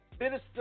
Minister